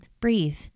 breathe